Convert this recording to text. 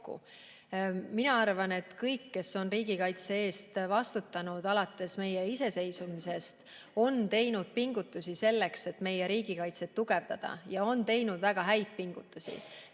Mina arvan, et kõik, kes on riigikaitse eest alates meie iseseisvumisest vastutanud, on teinud pingutusi selleks, et meie riigikaitset tugevdada, ja on teinud väga häid pingutusi.